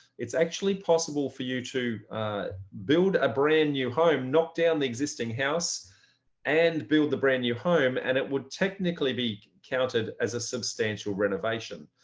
it's actually possible for you to build a brand new home, knock down the existing house and build the brand new home and it would technically be counted as a substantial renovation.